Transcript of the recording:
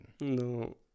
No